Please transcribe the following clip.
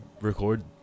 record